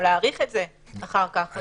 או להאריך את זה אחר כך.